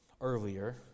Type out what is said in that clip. earlier